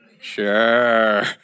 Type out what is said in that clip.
sure